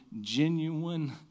genuine